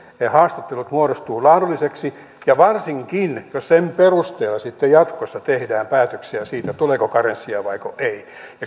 haastattelut muodostuvat laadullisiksi ja varsinkin jos sen perusteella sitten jatkossa tehdään päätöksiä siitä tuleeko karenssia vaiko ei